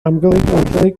amgylchiadau